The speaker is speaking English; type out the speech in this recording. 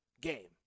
game